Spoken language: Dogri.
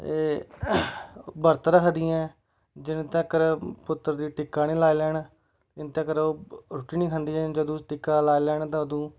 एह् व्रत रखदियां जि'ने तक्कर पुत्तर गी टिक्का नीं लाई लैन इ'न्ने तक्कर ओह् रूट्टी नीं खंदियां जदूं टिक्का लाई लैन ते अदूं